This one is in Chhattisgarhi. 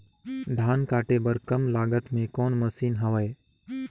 धान काटे बर कम लागत मे कौन मशीन हवय?